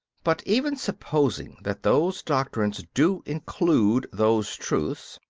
but even supposing that those doctrines do include those truths,